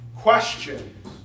questions